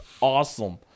awesome